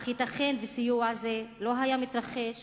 אך ייתכן שסיוע זה לא היה מתרחש